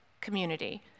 community